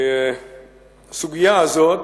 הסוגיה הזאת,